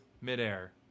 midair